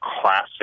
classic